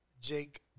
Jake